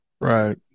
Right